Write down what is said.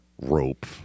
rope